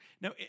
Now